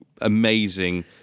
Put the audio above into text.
amazing